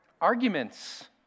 Arguments